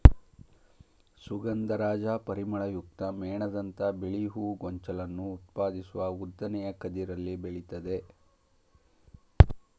ಸುಗಂಧರಾಜ ಪರಿಮಳಯುಕ್ತ ಮೇಣದಂಥ ಬಿಳಿ ಹೂ ಗೊಂಚಲನ್ನು ಉತ್ಪಾದಿಸುವ ಉದ್ದನೆಯ ಕದಿರಲ್ಲಿ ಬೆಳಿತದೆ